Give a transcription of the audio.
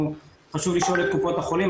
חשוב לשאול את קופות החולים,